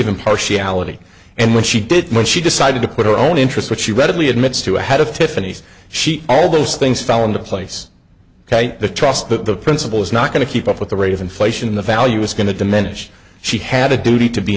impartiality and when she did when she decided to put her own interest which she readily admits to ahead of tiffany's she all those things fell into place ok the trust but the principle is not going to keep up with the rate of inflation in the value is going to diminish she had a duty to be